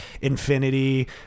infinity